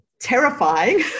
terrifying